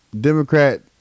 Democrat